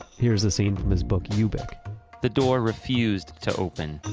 here's a scene from his book ubik the door refused to open.